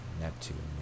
neptune